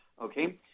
Okay